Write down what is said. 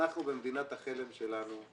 אנחנו במדינת החלם שלנו,